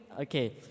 Okay